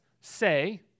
say